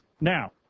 now